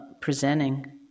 presenting